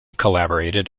collaborated